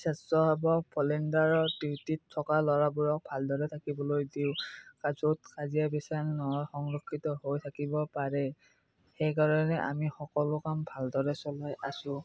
স্বেচ্ছাসেৱক ভলাণ্টিয়াৰৰ ডিউটিত থকা ল'ৰাবোৰক ভালদৰে থাকিবলৈ দিওঁ য'ত কাজিয়া পেছাল নহয় সংৰক্ষিত হৈ থাকিব পাৰে সেইকাৰণে আমি সকলো কাম ভালদৰে চলাই আছোঁ